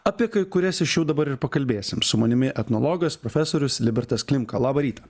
apie kai kurias iš jų dabar pakalbėsim su manimi etnologas profesorius libertas klimka labą rytą